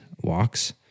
walks